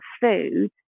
food